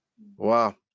Wow